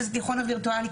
שזה התיכון הווירטואלי,